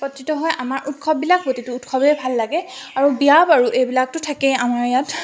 একত্ৰিত হৈ আমাৰ উৎসৱবিলাক প্ৰতিটো উৎসৱেই ভাল লাগে আৰু বিয়া বাৰু এইবিলাকতো থাকেই আমাৰ ইয়াত